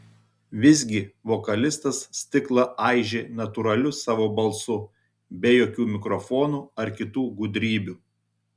visgi vokalistas stiklą aižė natūraliu savo balsu be jokių mikrofonų ar kitų gudrybių